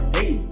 Hey